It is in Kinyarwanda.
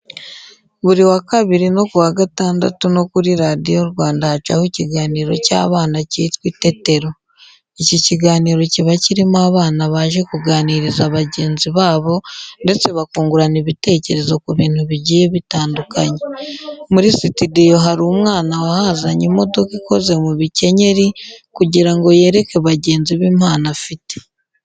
Buri wa Kabiri no ku wa Gatandatu no kuri Radiyo Rwanda hacaho ikiganiro cy'abana cyitwa Itetero. Iki kiganiro kiba kirimo abana baje kuganiriza bagenzi babo ndetse bakungurana ibitekerezo ku bintu bigiye bitandukanye. Muri sitidiyo hari umwana wahazanye imodoka ikoze mu bikenyeri kugira ngo yereke bagenzi be impano afite.